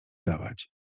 dawać